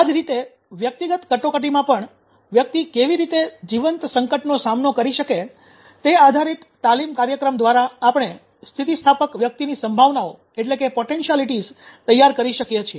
આ જ રીતે વ્યક્તિગત કટોકટીમાં પણ વ્યક્તિ 'કેવી રીતે જીવંત સંકટનો સામનો કરી શકે છે' તે આધારિત તાલીમ કાર્યક્રમ દ્વારા આપણે સ્થિતિસ્થાપક વ્યક્તિની સંભાવનાઓ તૈયાર કરી શકીએ છીએ